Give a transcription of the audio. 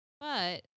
But-